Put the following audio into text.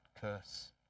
curse